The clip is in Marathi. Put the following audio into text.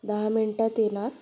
दहा मिंटात येनार